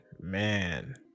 Man